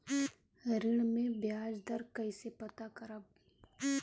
ऋण में बयाज दर कईसे पता करब?